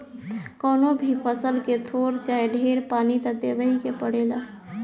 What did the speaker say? कवनो भी फसल के थोर चाहे ढेर पानी त देबही के पड़ेला